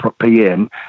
PM